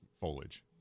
foliage